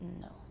No